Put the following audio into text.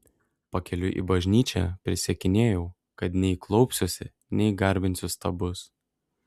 pakeliui į bažnyčią prisiekinėjau kad nei klaupsiuosi nei garbinsiu stabus